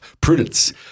Prudence